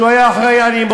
פנה אלי אדם שהיה אחראי לאמו,